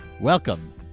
welcome